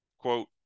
Quote